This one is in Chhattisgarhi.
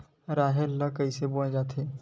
राहेर ल कइसे बोय जाथे?